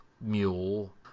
mule